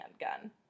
handgun